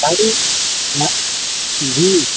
साईं न जी